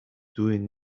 doing